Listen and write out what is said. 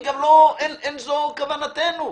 גם אין זו כוונתנו.